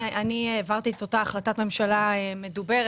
אני העברתי את אותה החלטת הממשלה המדוברת